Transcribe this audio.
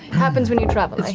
happens when you travel,